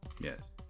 yes